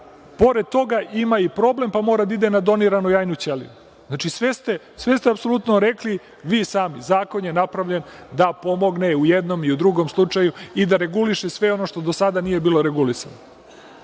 pored toga ima i problem, pa mora da ide na doniranu jajnu ćeliju. Znači, sve ste apsolutno rekli vi sami. Zakon je napravljen da pomogne u jednom i u drugom slučaju i da reguliše sve ono što do sada nije bilo regulisano.